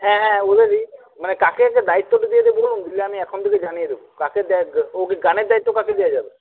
হ্যাঁ হ্যাঁ বলে দিই মানে কাকে যে দায়িত্বটা বলুন দিলে আমি এখন থেকে জানিয়ে দেব কাকে গানের দায়িত্ব কাকে দেওয়া যাবে